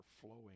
flowing